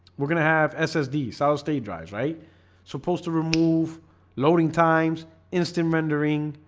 we're gonna have ssd solid state drives right supposed to remove loading times instant rendering,